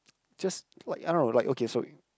just like I don't know like okay so